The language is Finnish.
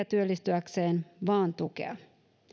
työllistyäkseen keppiä vaan tukea